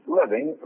living